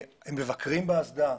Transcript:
מבקרים באסדה.